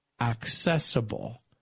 accessible